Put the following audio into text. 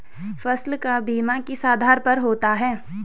फसल का बीमा किस आधार पर होता है?